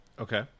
okay